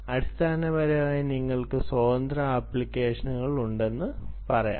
അടിസ്ഥാനപരമായി നിങ്ങൾക്ക് സ്വതന്ത്ര ആപ്ലിക്കേഷനുകൾ ഉണ്ടെന്ന് പറയും